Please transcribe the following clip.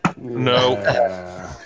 No